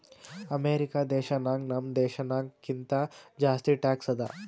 America ದೇಶನಾಗ್ ನಮ್ ದೇಶನಾಗ್ ಕಿಂತಾ ಜಾಸ್ತಿ ಟ್ಯಾಕ್ಸ್ ಅದಾ